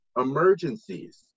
emergencies